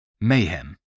Mayhem